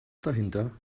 dahinter